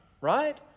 Right